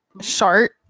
Shart